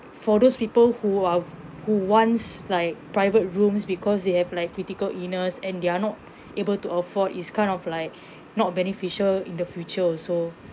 for those people who are who wants like private rooms because they have like critical illness and they're not able to afford is kind of like not beneficial in the future also